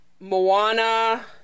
Moana